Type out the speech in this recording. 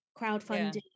crowdfunding